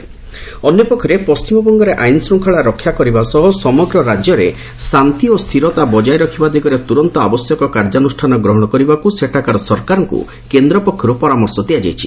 centre West Bengal ଅନ୍ୟପକ୍ଷରେ ପଣ୍ଟିମବଙ୍ଗରେ ଆଇନ୍ ଶୃଙ୍ଖଳା ରକ୍ଷା କରିବା ସହ ସମଗ୍ର ରାଜ୍ୟରେ ଶାନ୍ତି ଓ ସ୍ଥିରତା ବଜାୟ ରଖିବାକୁ ତୁରନ୍ତ ଆବଶ୍ୟକ କାର୍ଯ୍ୟାନୁଷ୍ଠାନ ଗ୍ରହଣ କରିବାକୁ ସେଠାକାର ସରକାରଙ୍କୁ କେନ୍ଦ୍ର ପକ୍ଷରୁ ପରାମର୍ଶ ଦିଆଯାଇଛି